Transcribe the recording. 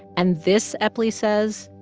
and this, epley says,